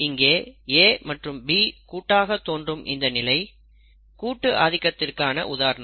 இங்கே A மற்றும் B கூட்டாக தோன்றும் இந்த நிலை கூட்டு ஆதிக்கத்திற்கான உதாரணம்